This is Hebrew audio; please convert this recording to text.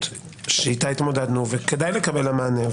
שאיתה התמודדנו וכדאי לקבל עליה מענה,